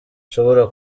nshobora